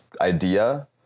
idea